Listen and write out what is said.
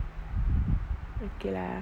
okay lah